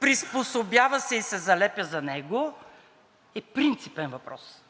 приспособява се и се залепя за него и е принципен въпрос.